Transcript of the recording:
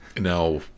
Now